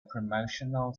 promotional